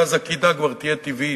ואז הקידה כבר תהיה טבעית,